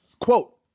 Quote